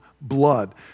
blood